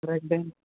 break dance